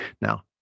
now